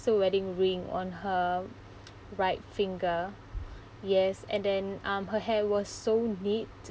a wedding ring on her right finger yes and then um her hair was so neat